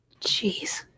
Jeez